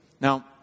Now